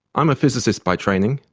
um a physicist by training,